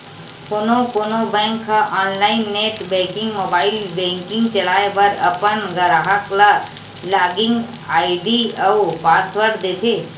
कोनो कोनो बेंक ह online net banking, mobile banking चलाए बर अपन गराहक ल लॉगिन आईडी अउ पासवर्ड देथे